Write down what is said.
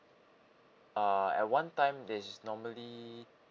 uh at one time there's normally